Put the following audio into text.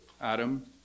Adam